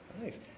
Nice